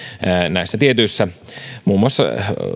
näissä tietyissä muun muassa